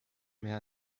mehr